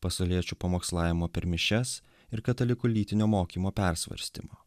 pasauliečių pamokslavimo per mišias ir katalikų lytinio mokymo persvarstymo